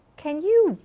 can you,